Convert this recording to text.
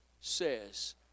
says